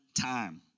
time